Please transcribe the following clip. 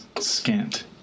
scant